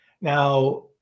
Now